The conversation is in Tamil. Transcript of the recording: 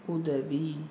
உதவி